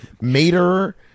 Mater